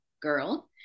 girl